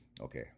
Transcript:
Okay